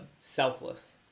Selfless